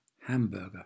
hamburger